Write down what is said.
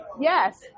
Yes